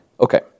Okay